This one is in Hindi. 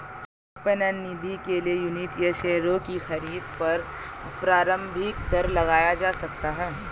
ओपन एंड निधि के लिए यूनिट या शेयरों की खरीद पर प्रारम्भिक दर लगाया जा सकता है